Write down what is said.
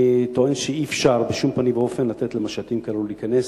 אני טוען שאי-אפשר בשום פנים ואופן לתת למשטים כאלה להיכנס,